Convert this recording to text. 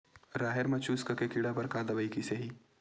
राहेर म चुस्क के कीड़ा बर का दवाई कइसे ही?